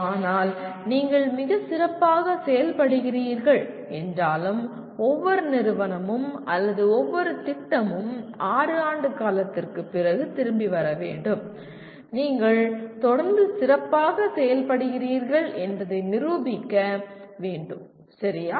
ஆனால் நீங்கள் மிகச் சிறப்பாக செயல்படுகிறீர்கள் என்றாலும் ஒவ்வொரு நிறுவனமும் அல்லது ஒவ்வொரு திட்டமும் 6 ஆண்டு காலத்திற்கு பிறகு திரும்பி வர வேண்டும் நீங்கள் தொடர்ந்து சிறப்பாக செயல்படுகிறீர்கள் என்பதை நிரூபிக்க வேண்டும் சரியா